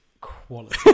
quality